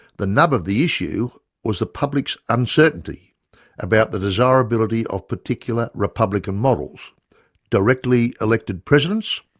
the nub of the issue was the public's uncertainty about the desirability of particular republican models directly elected presidents